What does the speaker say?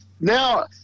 now